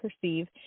perceive